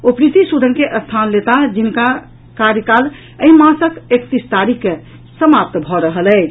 ओ प्रीति सूदन के स्थान लेताह जिनक कार्यकाल एहि मासक एकतीस तारीख के समाप्त भऽ रहल अछि